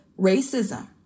racism